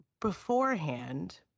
beforehand